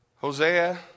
Hosea